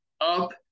up